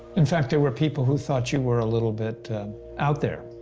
in fact, there were people who thought you were a little bit out there.